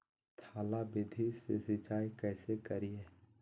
थाला विधि से सिंचाई कैसे करीये?